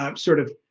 um sort of